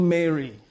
Mary